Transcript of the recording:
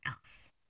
else